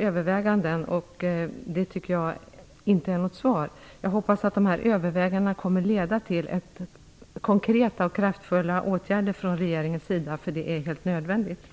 överväganden pågår tycker jag inte är något svar. Jag hoppas att de här övervägandena kommer att leda till konkreta och kraftfulla åtgärder från regeringens sida. Det är helt nödvändigt.